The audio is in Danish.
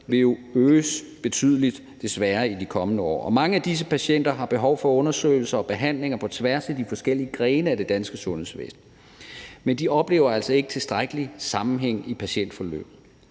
øges betydeligt i de kommende år. Mange af disse patienter har behov for undersøgelser og behandlinger på tværs af de forskellige grene af det danske sundhedsvæsen, men de oplever altså ikke tilstrækkelig sammenhæng i patientforløbet.